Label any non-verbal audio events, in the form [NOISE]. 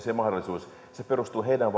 [UNINTELLIGIBLE] se mahdollisuus se perustuu heidän [UNINTELLIGIBLE]